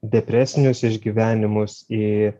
depresinius išgyvenimus į